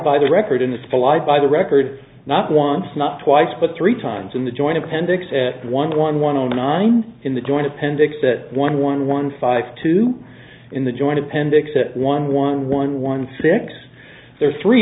by the record in the spotlight by the record not once not twice but three times in the joint appendix at one one one zero nine in the joint appendix that one one one five two in the joint appendix one one one one six there